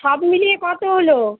সব মিলিয়ে কত হল